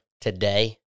today